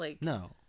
No